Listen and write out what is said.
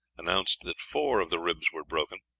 announced that four of the ribs were broken.